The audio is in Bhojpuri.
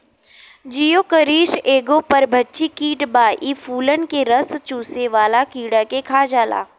जिओकरिस एगो परभक्षी कीट बा इ फूलन के रस चुसेवाला कीड़ा के खा जाला